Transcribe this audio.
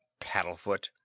Paddlefoot